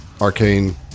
Arcane